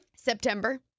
September